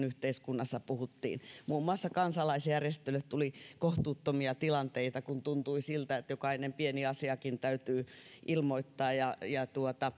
yhteiskunnassa puhuttiin muun muassa kansalaisjärjestöille tuli kohtuuttomia tilanteita kun tuntui siltä että jokainen pieni asiakin täytyy ilmoittaa ja ja